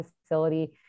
facility